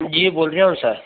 जी बोल रहा हूँ सर